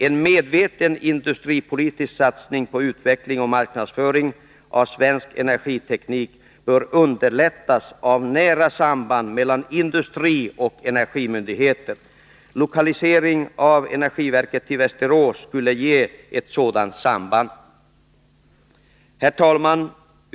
En medveten industripolitisk satsning på utveckling och marknadsföring av svensk energiteknik bör underlättas av ett nära samband mellan industri och energimyndigheter. Lokalisering av energiverket till Västerås skulle ge ett sådant samband. Herr talman!